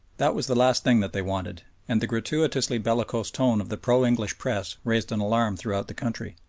that was the last thing that they wanted, and the gratuitously bellicose tone of the pro-english press raised an alarm throughout the country.